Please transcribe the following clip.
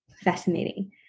Fascinating